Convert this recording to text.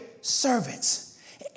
servants